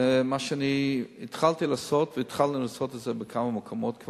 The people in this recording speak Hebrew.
זה מה שהתחלתי לעשות וכבר התחלנו לעשות בכמה מקומות,